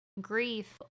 grief